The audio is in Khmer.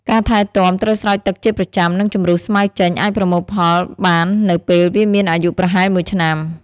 ការថែទាំ ត្រូវស្រោចទឹកជាប្រចាំ និងជម្រុះស្មៅចេញ អាចប្រមូលផលបាននៅពេលវាមានអាយុប្រហែល ១ ឆ្នាំ។